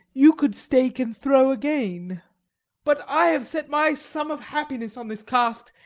you could stake and throw again but i have set my sum of happiness on this cast,